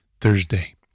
Thursday